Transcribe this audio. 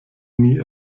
nie